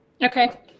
Okay